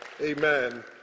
Amen